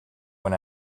when